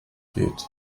geht